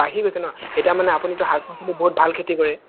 বাঢ়ি গৈছে ন' এতিয়া মানে আপুনিতো শাক পাচলি বহুত ভাল খেতি কৰে